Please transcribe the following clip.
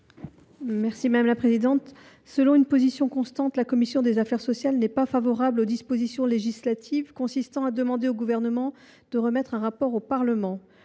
Mme Marie Claude Lermytte. Selon une position constante, la commission des affaires sociales n’est pas favorable aux dispositions législatives visant à demander au Gouvernement de remettre un rapport au Parlement.